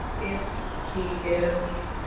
if he is,